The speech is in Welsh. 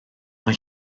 mae